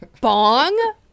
bong